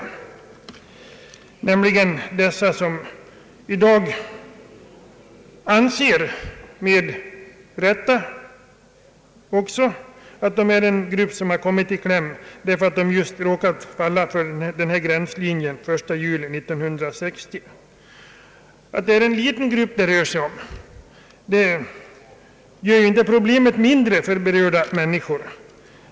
De människor som råkat hamna på fel sida om gränslinjen den 1 juli 1960 anser sig — därom är jag ense med dem — vara en grupp som kommit i kläm. Att det rör sig om en liten grupp gör inte problemet mindre för berörda människor.